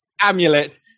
amulet